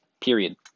Period